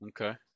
Okay